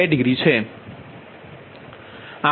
2 degree છે